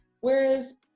Whereas